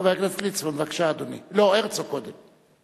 חבר הכנסת ליצמן, בבקשה, אדוני, לא, הרצוג קודם.